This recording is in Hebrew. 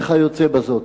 וכיוצא בזאת.